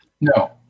no